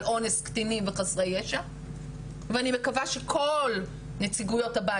אונס קטינים וחסרי ישע ואני מקווה שכל נציגויות הבית